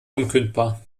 unkündbar